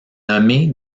nommé